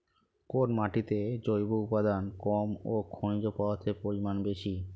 কোন মাটিতে জৈব উপাদান কম ও খনিজ পদার্থের পরিমাণ বেশি?